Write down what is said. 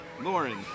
Lauren